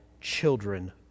children